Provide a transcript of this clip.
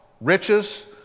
riches